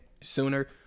sooner